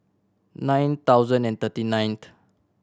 nine thousand and thirty ninth